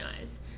eyes